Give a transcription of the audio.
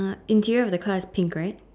interior of the car is pink right